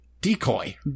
Decoy